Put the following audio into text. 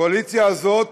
הקואליציה הזאת